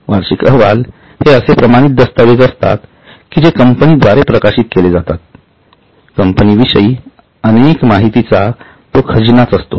वार्षिक अहवाल हे असे प्रमाणित दस्तावेज असतात कि जे कंपनीद्वारे प्रकाशित केले जातात व कंपनी विषयी अनेक माहितीचा तो खजिनाच असतो